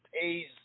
pays –